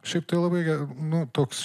šiaip tai labai ge nu toks